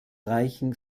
reichen